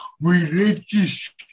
religious